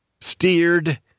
steered